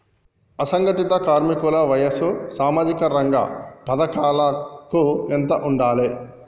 అసంఘటిత కార్మికుల వయసు సామాజిక రంగ పథకాలకు ఎంత ఉండాలే?